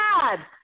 God